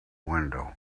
window